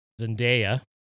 Zendaya